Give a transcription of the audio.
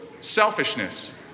Selfishness